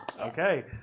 Okay